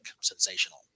sensational